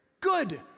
good